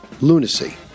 lunacy